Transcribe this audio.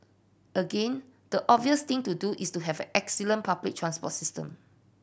again the obvious thing to do is to have excellent public transport system